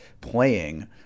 playing